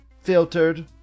Filtered